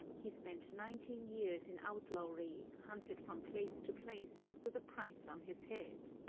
he spent nineteen years in outlawry, hunted from place to place, with a price on his head.